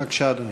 בבקשה, אדוני.